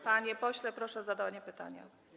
Panie pośle, proszę o zadawanie pytania.